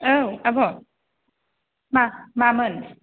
औ आब' मा मामोन